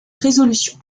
résolution